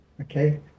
Okay